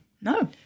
No